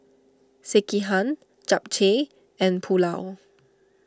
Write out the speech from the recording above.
Sekihan Japchae and Pulao